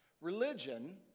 religion